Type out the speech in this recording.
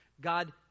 God